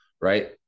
right